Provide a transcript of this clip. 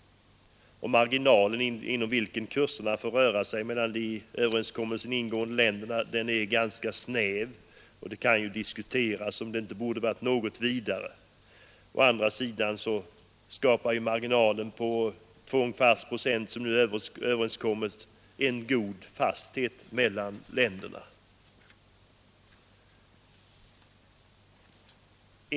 Marginalen inom Onsdagen den vilken kurserna får röra sig mellan de i överenskommelsen ingående 21 mars 1973 länderna är ganska snäv, och det kan ju diskuteras om den inte borde ha varit något vidare. Å andra sidan skapar marginalen på två och en kvarts procent som nu överenskommits en god fasthet mellan länderna.